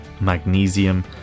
magnesium